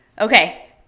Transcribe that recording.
Okay